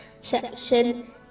section